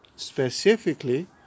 specifically